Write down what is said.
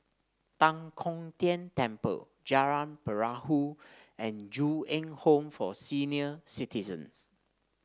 Tan Kong Tian Temple Jalan Perahu and Ju Eng Home for Senior Citizens